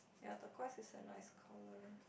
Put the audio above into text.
ya turquiose is a nice colour